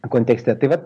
kontekste tai vat